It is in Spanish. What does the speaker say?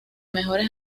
mejores